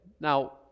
Now